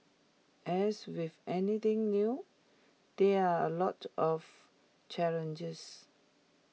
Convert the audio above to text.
as with anything new there are A lot of challenges